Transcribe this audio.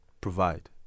provide